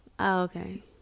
okay